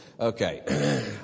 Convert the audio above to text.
Okay